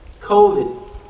COVID